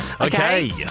Okay